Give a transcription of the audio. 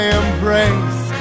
embrace